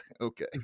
Okay